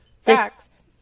facts